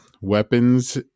weapons